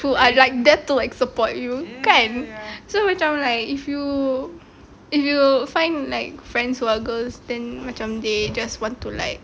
who are like there to like support you kan so macam like if you if you find like friends who are girls then macam they just want to like